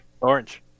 Orange